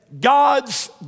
God's